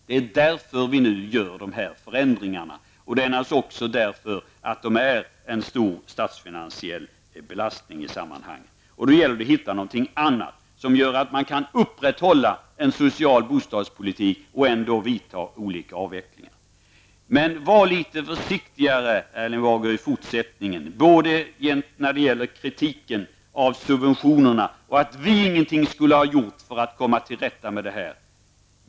Det är därför som vi gör dessa förändringar, och naturligtvis på grund av att de utgör en stor statsfinansiell belastning i sammanhanget. Då gäller det att hitta någonting annat som gör att man kan upprätthålla en social bostadspolitik och ändå göra olika avvecklingar. Var litet försiktigare i fortsättningen, Erling Bager, när det gäller både kritiken av subventionerna och att vi ingenting skulle ha gjort för att komma till rätta med detta.